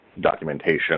documentation